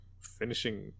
finishing